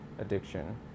Addiction